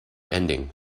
ending